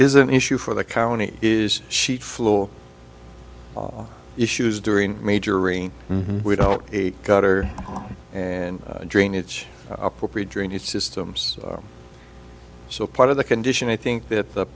is an issue for the county is sheet floor issues during major rain without a gutter and drainage appropriate drainage systems so part of the condition i think that the